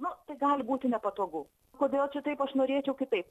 nu tai gali būti nepatogu kodėl čia taip aš norėčiau kitaip